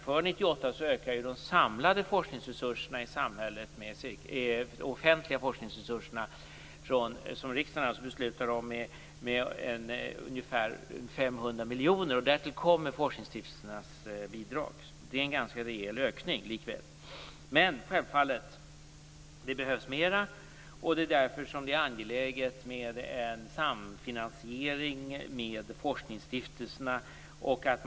För 1998 ökar ju de samlade offentliga forskningsresurserna i samhället, som riksdagen beslutar om, med ungefär 500 miljoner kronor. Därtill kommer forskningsstiftelsernas bidrag. Det är alltså en ganska rejäl ökning, likväl. Men självfallet behövs mer, och en samfinansiering med forskningsstiftelserna är därför angelägen.